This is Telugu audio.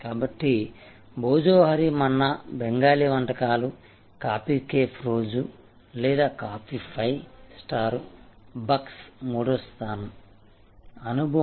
కాబట్టి భోజోహోరి మన్నా బెంగాలీ వంటకాలు కాఫీ కేఫ్ రోజు లేదా కాఫీపై స్టార్ బక్స్ మూడవ స్థానం అనుభవం